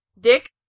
Dick